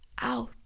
out